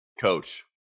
coach